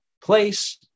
place